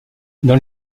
dans